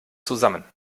zusammen